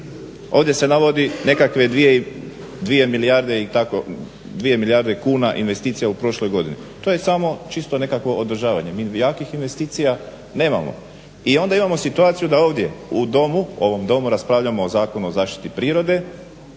Ovdje se navodi nekakve dvije milijarde kuna investicija u prošloj godini. To je samo čisto nekakvo održavanje. Mi jakih investicija nemamo. I onda imamo situaciju da ovdje u Domu, ovom Domu raspravljamo o Zakonu o zaštiti prirode.